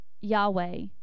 Yahweh